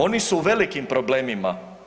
Oni su u velikim problemima.